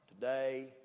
today